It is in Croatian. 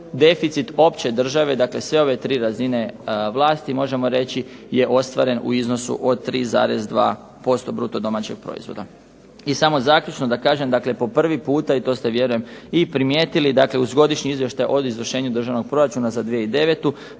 deficit opće države, dakle sve ove tri razine vlasti možemo reći je ostvaren u iznosu 3,2% bruto-domaćeg proizvoda. I samo zaključno da kažem, po prvi puta, to ste vjerojatno primijetili, dakle uz godišnji izvještaj o izvršenju državnog proračuna za 2009.